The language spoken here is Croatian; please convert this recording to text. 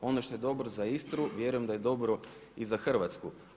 Ono što je dobro za Istru, vjerujem da je dobro i za Hrvatsku.